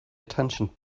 attention